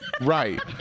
Right